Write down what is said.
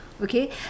okay